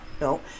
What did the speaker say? no